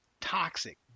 toxic